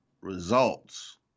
results